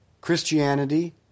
Christianity